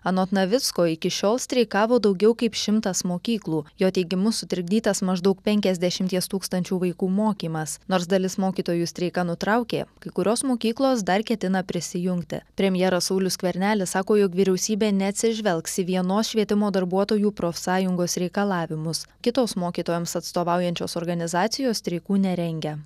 anot navicko iki šiol streikavo daugiau kaip šimtas mokyklų jo teigimu sutrikdytas maždaug penkiasdešimties tūkstančių vaikų mokymas nors dalis mokytojų streiką nutraukė kai kurios mokyklos dar ketina prisijungti premjeras saulius skvernelis sako jog vyriausybė neatsižvelgs į vienos švietimo darbuotojų profsąjungos reikalavimus kitos mokytojams atstovaujančios organizacijos streikų nerengia